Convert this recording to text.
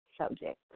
subject